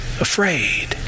afraid